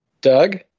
doug